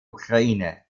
ukraine